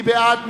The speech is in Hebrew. מי בעד?